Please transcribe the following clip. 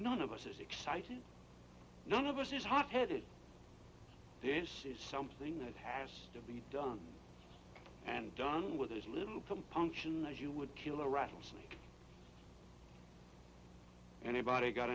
none of us is exciting none of us is hot headed this is something that has to be done and done with as little compunction as you would kill a rattlesnake anybody got